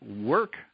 work